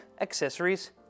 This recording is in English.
accessories